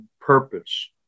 purpose